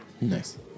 Nice